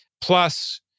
Plus